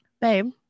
Babe